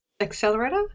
Accelerator